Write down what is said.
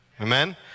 Amen